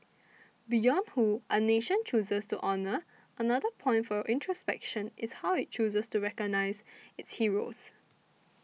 beyond who a nation chooses to honour another point for introspection is how it chooses to recognise its heroes